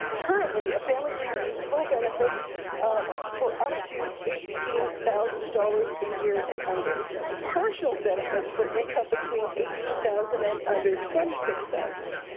currently, a family receives full benefits for up to eighteen thousand dollars a year and under and partial benefits for an income between eighteen thousand and under twenty six thousand.